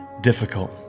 difficult